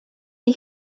die